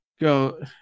go